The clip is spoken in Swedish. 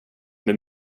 med